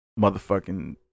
Motherfucking